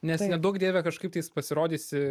nes neduok dieve kažkaip tais pasirodysi